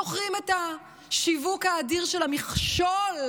זוכרים את השיווק האדיר של המכשול,